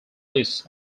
lists